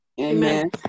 Amen